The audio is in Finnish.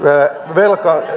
velka